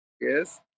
Yes